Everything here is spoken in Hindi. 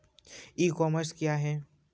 ई कॉमर्स क्या है?